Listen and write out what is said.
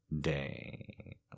day